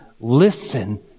listen